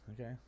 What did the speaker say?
Okay